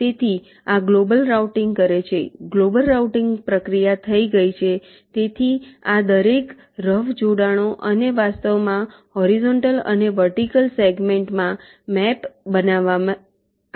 તેથી આ global routing કરે છે ગ્લોબલ રાઉટીંગ પ્રક્રિયા થઈ ગઈ છે તેથી આ દરેક રફ જોડાણો અને વાસ્તવમાં હોરીઝોન્ટલ અને વર્ટિકલ સેગમેન્ટમાં મૅપ બનાવે છે